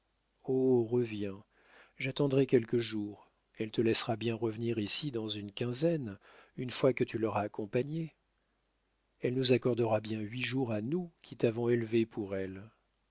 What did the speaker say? reviens j'attendrai quelques jours elle te laissera bien revenir ici dans une quinzaine une fois que tu l'auras accompagnée elle nous accordera bien huit jours à nous qui t'avons élevé pour elle